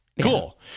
Cool